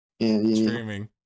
streaming